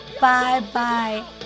bye-bye